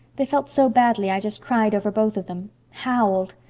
they felt so badly i just cried over both of them howled.